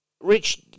Rich